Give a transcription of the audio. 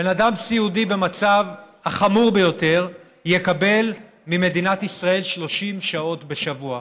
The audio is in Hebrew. אדם סיעודי במצב החמור ביותר יקבל ממדינת ישראל 30 שעות בשבוע,